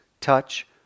touch